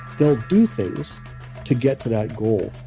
they'll do things to get to that goal.